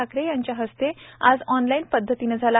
ठाकरे यांच्या हस्ते आज ऑनलाईन पध्दतीने झाला